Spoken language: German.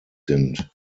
sind